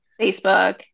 Facebook